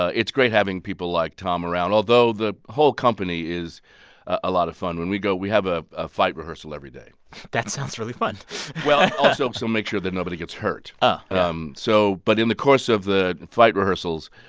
it's great, having people like tom around, although the whole company is a lot of fun. when we go we have a ah fight rehearsal every day that sounds really fun well, also to so so make sure that nobody gets hurt oh um so but in the course of the fight rehearsals,